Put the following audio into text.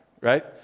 right